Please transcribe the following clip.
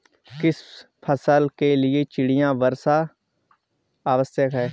किस फसल के लिए चिड़िया वर्षा आवश्यक है?